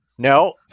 No